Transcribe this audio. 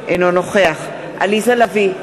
אינו נוכח עליזה לביא,